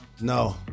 No